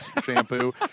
shampoo